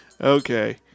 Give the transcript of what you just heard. Okay